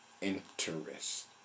interest